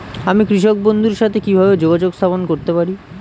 আমি কৃষক বন্ধুর সাথে কিভাবে যোগাযোগ স্থাপন করতে পারি?